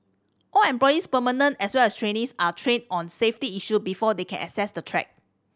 all employees permanent as well as trainees are trained on safety issue before they can access the track